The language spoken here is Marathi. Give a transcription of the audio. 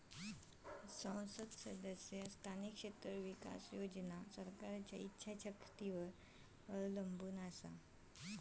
सांसद सदस्य स्थानिक क्षेत्र विकास योजना सरकारच्या ईच्छा शक्तीवर अवलंबून हा